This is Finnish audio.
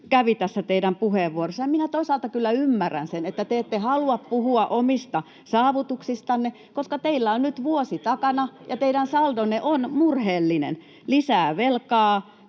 kävi tässä teidän puheenvuorossanne. Toisaalta kyllä ymmärrän sen, että te ette halua puhua omista saavutuksistanne, koska teillä on nyt vuosi takana ja teidän saldonne on murheellinen — lisää velkaa,